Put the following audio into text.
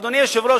אדוני היושב-ראש,